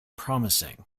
promising